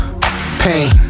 Pain